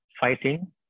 Fighting